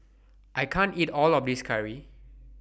I can't eat All of This Curry